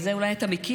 ואת זה אולי אתה מכיר,